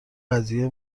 قضیه